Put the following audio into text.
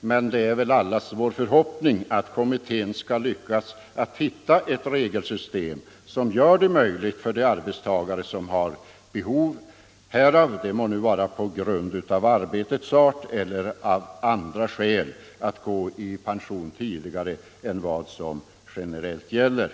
men det är väl allas vår förhoppning att kommittén skall lyckas finna ett regelsystem som gör det möjligt för de arbetstagare som har behov härav — det må vara på grund av arbetets art eller av andra skäl — att gå i pension tidigare än vad som generellt gäller.